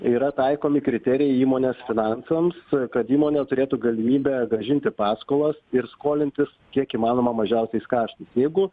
yra taikomi kriterijai įmonės finansams kad įmonė turėtų galimybę grąžinti paskolas ir skolintis kiek įmanoma mažiausiais kaštais jeigu